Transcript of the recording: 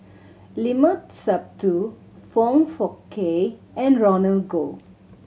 Limat Sabtu Foong Fook Kay and Roland Goh